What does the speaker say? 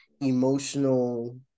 emotional